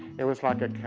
it was like a